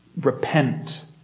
Repent